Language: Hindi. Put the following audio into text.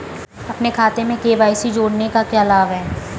अपने खाते में के.वाई.सी जोड़ने का क्या लाभ है?